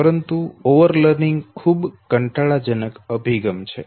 પરંતુ over learning ખૂબ કંટાળાજનક અભિગમ છે